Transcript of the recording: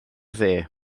dde